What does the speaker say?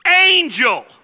angel